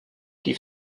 die